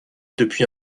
depuis